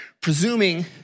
presuming